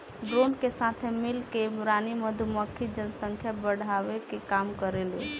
drone के साथे मिल के रानी मधुमक्खी जनसंख्या बढ़ावे के काम करेले